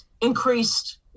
increased